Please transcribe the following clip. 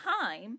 time